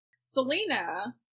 Selena